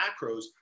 macros